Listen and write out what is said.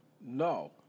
No